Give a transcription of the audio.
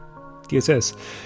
DSS